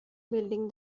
building